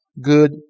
good